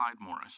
Morris